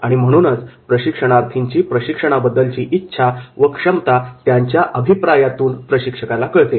आणि म्हणूनच प्रशिक्षणार्थींची प्रशिक्षणाबद्दलची इच्छा व क्षमता त्यांच्या अभिप्रायातून प्रशिक्षकाला कळते